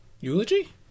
eulogy